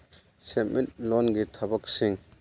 ꯁꯦꯟꯃꯤꯠꯂꯣꯟꯒꯤ ꯊꯕꯛꯁꯤꯡ